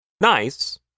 nice